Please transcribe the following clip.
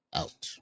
out